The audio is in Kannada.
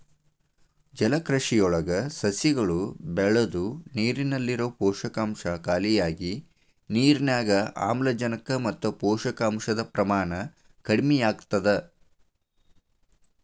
ಜಲಕೃಷಿಯೊಳಗ ಸಸಿಗಳು ಬೆಳದು ನೇರಲ್ಲಿರೋ ಪೋಷಕಾಂಶ ಖಾಲಿಯಾಗಿ ನಿರ್ನ್ಯಾಗ್ ಆಮ್ಲಜನಕ ಮತ್ತ ಪೋಷಕಾಂಶದ ಪ್ರಮಾಣ ಕಡಿಮಿಯಾಗ್ತವ